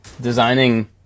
designing